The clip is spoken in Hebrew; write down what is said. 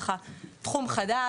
בגלל שזה תחום חדש,